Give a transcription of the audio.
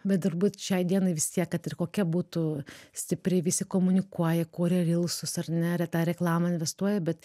bet turbūt šiai dienai vis tiek kad ir kokia būtų stipriai visi komunikuoja kuria rylsus ar ne ir į tą reklamą investuoja bet